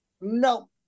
No